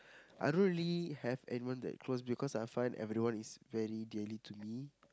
I don't really have anyone that close because I find everyone is very dearly to me